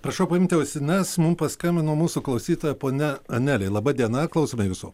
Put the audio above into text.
prašau paimti ausines mum paskambino mūsų klausytoja ponia anelė laba diena klausome visų